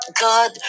God